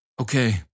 Okay